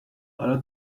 حالا